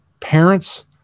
parents